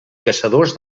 caçadors